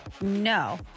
No